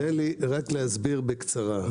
בקצרה,